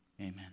Amen